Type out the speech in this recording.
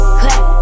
clap